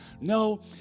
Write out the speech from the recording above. No